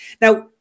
Now